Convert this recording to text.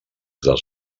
dels